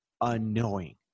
annoying